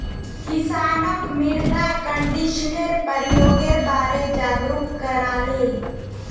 किसानक मृदा कंडीशनरेर प्रयोगेर बारे जागरूक कराले